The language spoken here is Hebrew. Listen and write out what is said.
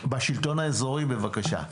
בבקשה.